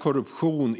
Korruption